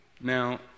Now